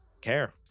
care